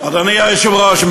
אדוני היושב-ראש,